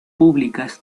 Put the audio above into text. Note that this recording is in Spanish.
públicas